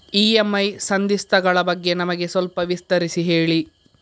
EMI ಸಂಧಿಸ್ತ ಗಳ ಬಗ್ಗೆ ನಮಗೆ ಸ್ವಲ್ಪ ವಿಸ್ತರಿಸಿ ಹೇಳಿ